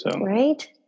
Right